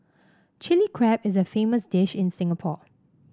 Chilli Crab is a famous dish in Singapore